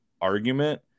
argument